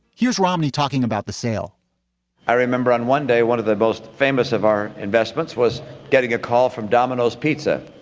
here's romney talking about the sale i remember on one day, one of the most famous of our investments was getting a call from domino's pizza,